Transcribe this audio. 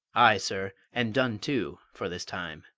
ay, sir, and done too, for this time.